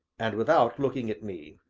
and without looking at me.